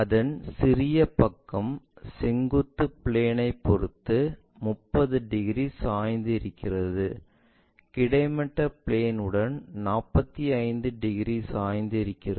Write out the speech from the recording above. அதன் சிறிய பக்கம் செங்குத்து பிளேன் பொறுத்து 30 டிகிரி சாய்ந்து இருக்கிறது கிடைமட்ட பிளேன் உடன் 45 டிகிரி சாய்ந்து இருக்கிறது